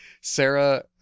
Sarah